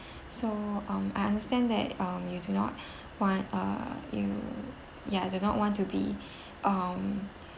so um I understand that um you do not want uh you ya do not want to be um